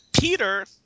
Peter